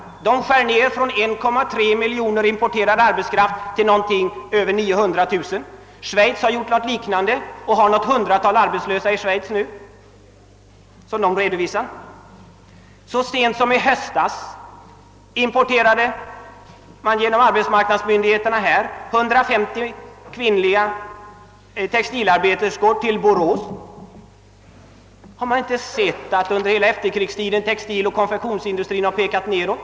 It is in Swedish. Man skär ned importen av arbetskraft från 1,3 miljon människor per år till något över 900 000. Schweiz har genomfört en liknande åtgärd och redovisar nu något hundratal arbetslösa. Så sent som i höstas importerades genom arbetsmarknadsmyndigheterna 150 kvinnliga textilarbeterskor till Borås. Har man inte sett att textiloch konfektionsindustrin under hela efterkrigstiden har pekat nedåt?